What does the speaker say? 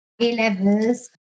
A-levels